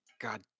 God